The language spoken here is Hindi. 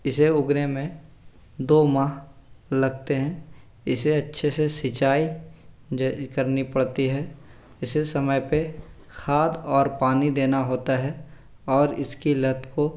इसे उगने में दो माह लगते हैं इसे अच्छे से सिंचाई करनी पड़ती है इसे समय पर खाद और पानी देना होता है और इसकी लत को